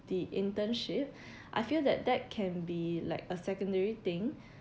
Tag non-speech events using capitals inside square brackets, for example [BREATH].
the internship [BREATH] I feel that that can be like a secondary thing